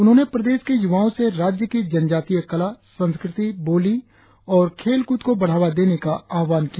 उन्होंने प्रदेश के यूवाओ से राज्य की जनजातीय कला संस्कृति बोली और खेलकूद को बढ़ावा देने का आह्वान किया